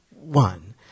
One